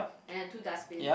and the two dust bin